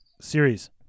series